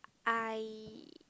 I